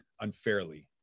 unfairly